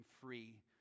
free